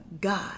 God